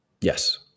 Yes